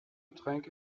getränk